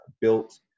built